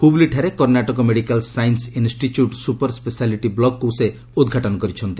ହୁବଲିଠାରେ Karnataka medical science ଇନ୍ଷ୍ଟିଚ୍ୟୁସନ୍ର super speciality ବ୍ଲକ୍କୁ ସେ ଉଦ୍ଘାଟନ କରିଛନ୍ତି